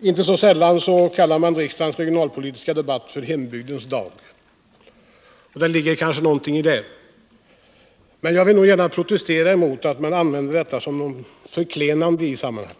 Inte så sällan kallar man riksdagens regionalpolitiska debatt för Hembygdens dag. Det kan kanske ligga något i detta, men jag vill nog protestera emot att detta uttryck används som något förklenande i sammanhanget